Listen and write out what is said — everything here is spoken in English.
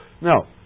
Now